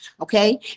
okay